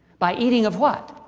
by eating of, what.